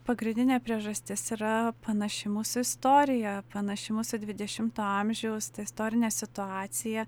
pagrindinė priežastis yra panaši mūsų istorija panaši mūsų dvidešimto amžiaus ta istorinė situacija